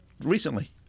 recently